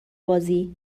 بازی